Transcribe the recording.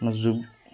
ম যোগ